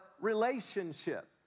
relationship